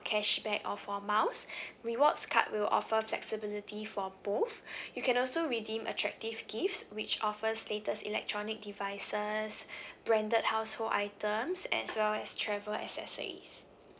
cashback or for miles rewards card will offer flexibility for both you can also redeem attractive gifts which offers latest electronic devices branded household items as well as travel accessories